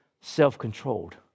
Self-controlled